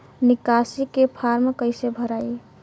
निकासी के फार्म कईसे भराई?